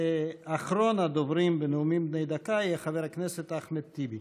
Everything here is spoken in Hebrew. אחרון הדוברים בנאומים בני דקה יהיה חבר הכנסת אחמד טיבי.